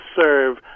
serve